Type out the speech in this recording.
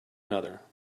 another